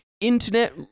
internet